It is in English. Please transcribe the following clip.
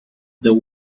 the